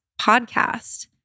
podcast